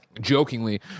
jokingly